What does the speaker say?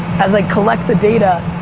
as i collect the data,